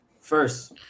first